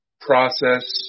process